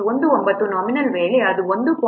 19 nominal ವೇಳೆ ಇದು 1